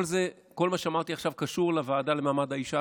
כל מה שאמרתי עכשיו קשור לוועדה למעמד האישה,